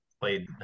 played